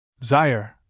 Zyre